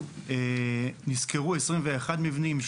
נסקרו 21 מבנים,